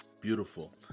Beautiful